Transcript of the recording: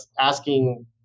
asking